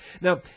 Now